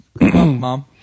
mom